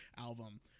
album